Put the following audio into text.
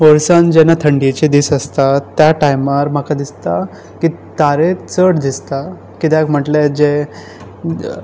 वर्सान जेन्ना थंडेचे दीस आसता त्या टायमार म्हाका दिसता की तारे चड दिसता किद्याक म्हटल्यार जे